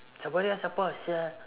sabariah siapa sia